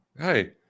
Hey